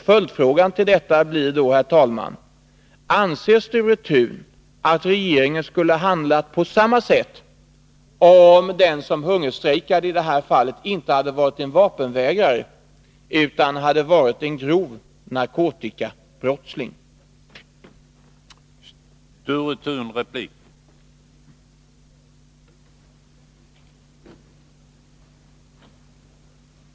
Följdfrågan härtill blir då: Anser Sture Thun att regeringen skulle ha handlat på samma sätt, om den som hungerstrejkade inte, som i det här fallet, hade varit en vapenvägrare utan en person som gjort sig skyldig till t.ex. grovt narkotikabrott?